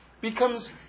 becomes